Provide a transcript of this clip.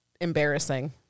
embarrassing